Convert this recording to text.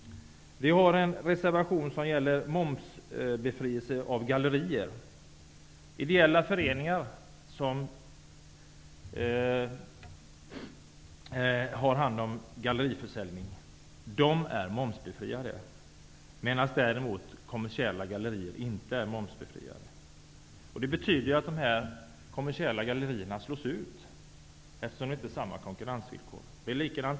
Vidare har vi en reservation som gäller momsbefrielse för gallerier. Ideella föreningar som har hand om galleriförsäljning är momsbefriade. Däremot är kommersiella gallerier inte momsbefriade. Det betyder att de kommersiella gallerierna slås ut, eftersom inte samma konkurrensvillkor gäller.